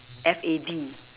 F A D